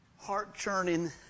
heart-churning